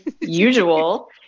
usual